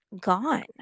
gone